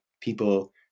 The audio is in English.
people